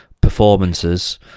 performances